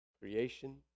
Creation